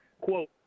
quote